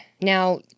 Now